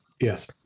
yes